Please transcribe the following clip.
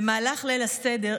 במהלך ליל הסדר,